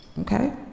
Okay